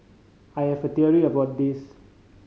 I have a theory about this